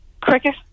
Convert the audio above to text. cricket